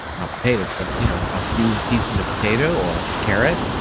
not potatoes, but you know a few pieces of potato or carrot,